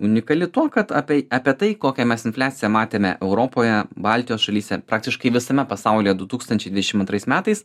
unikali tuo kad apie apie tai kokią mes infliaciją matėme europoje baltijos šalyse praktiškai visame pasaulyje du tūkstančiai dvidešimt antrais metais